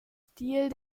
stil